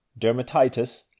dermatitis